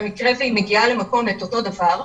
במקרה שהיא מגיעה למקום, את אותו הדבר,